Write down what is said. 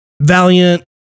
Valiant